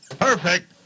Perfect